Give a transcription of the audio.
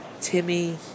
Timmy